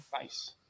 Nice